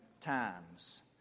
times